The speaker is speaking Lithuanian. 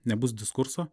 nebus diskurso